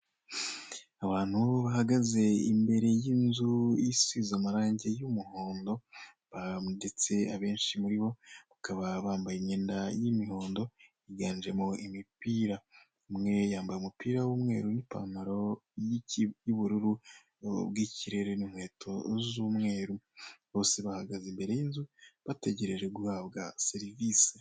Abantu bahagaze imbere y'inzu isize amarangi y'umuhondo, ndetse abenshi muri bo bakaba bambaye imyenda y'imihondo yiganjemo imipira. Umwe yambaye umupira w'umweru n'ipantaro y'ubururu bw'ikirere n'inkweto z'umweru. Bose bahagaze imbere y'inzu bategereje guhabwa serivise.